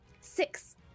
six